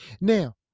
Now